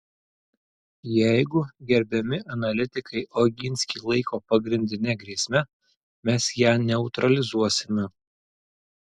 jeigu gerbiami analitikai oginskį laiko pagrindine grėsme mes ją neutralizuosime